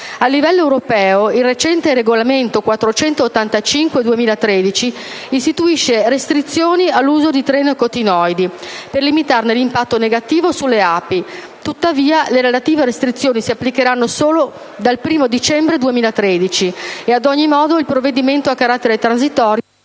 A livello europeo, il recente regolamento n. 485 del 2013 istituisce restrizioni all'utilizzo di tre neonicotinoidi per limitarne l'impatto negativo sulle api. Tuttavia, le relative restrizioni si applicheranno solo dal 1° dicembre 2013 e, ad ogni modo, il provvedimento ha carattere transitorio,